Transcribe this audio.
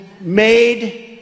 made